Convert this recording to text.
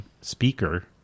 speaker